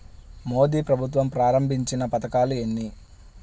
మోదీ ప్రభుత్వం ప్రారంభించిన పథకాలు ఎన్ని?